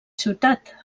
ciutat